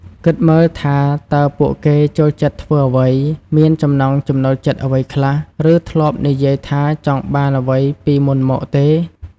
គិតមើលថា តើពួកគេចូលចិត្តធ្វើអ្វី? មានចំណង់ចំណូលចិត្តអ្វីខ្លះ? ឬធ្លាប់និយាយថាចង់បានអ្វីពីមុនមកទេ?។